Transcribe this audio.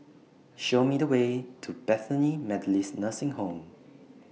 Show Me The Way to Bethany Methodist Nursing Home